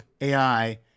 AI